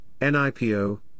NIPO